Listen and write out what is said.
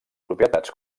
propietats